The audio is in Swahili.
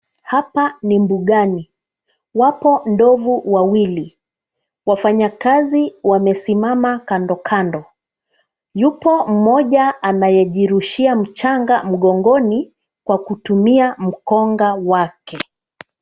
Hapa ni mbugani. Wapo ndovu wawili. Wafanyakazi wamesimama kando kando. Yupo mmoja anayejirushia mchanga mgongoni kwa kutumia mkonga wake.